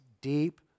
deep